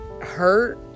hurt